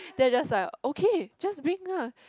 then is just like okay just bring ah